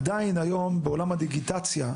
עדיין, היום בעולם הדיגיטציה,